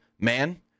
man